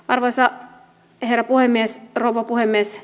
arvoisa rouva puhemies